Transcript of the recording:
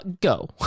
go